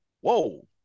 Whoa